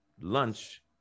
lunch